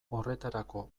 horretarako